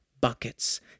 buckets